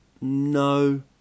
No